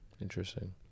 interesting